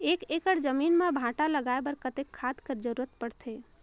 एक एकड़ जमीन म भांटा लगाय बर कतेक खाद कर जरूरत पड़थे?